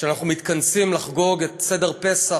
כשאנחנו מתכנסים לחגוג את סדר פסח,